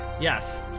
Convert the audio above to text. Yes